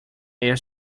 air